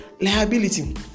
liability